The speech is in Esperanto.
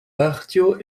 partio